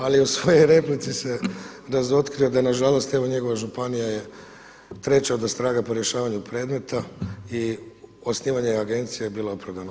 Ali u svojoj replici se razotkrio da na žalost evo njegova županija je treća odostraga po rješavanju predmeta i osnivanje Agencije je bilo opravdano.